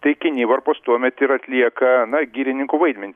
tai kinivarpos tuomet ir atlieka na girininko vaidmenį